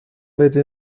بده